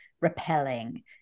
repelling